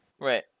right